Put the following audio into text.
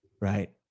right